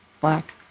black